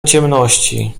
ciemności